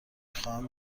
خواهم